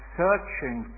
Searching